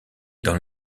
dans